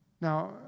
Now